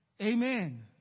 Amen